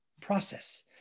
process